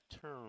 term